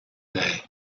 guy